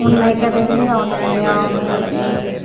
ఉన్నాయి కదండీ అవునండి అవును దొరికినాయండి